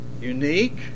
unique